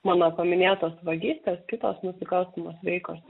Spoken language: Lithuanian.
mano paminėtos vagystės kitos nusikalstamos veikos